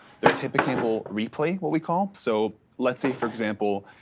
there's hippocampal replay what we call. so let's say for example,